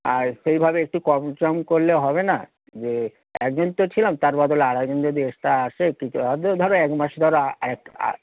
আর সেইভাবে একটু কম সম করলে হবে না যে একজন তো ছিলাম তার বদলে আরেকজন যদি এক্সট্রা আসে কিছু ধরো এক মাসে ধরো এক আধ